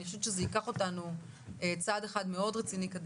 לדעתי זה ייקח אותנו צעד אחד מאוד רציני קדימה.